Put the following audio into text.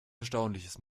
erstaunliches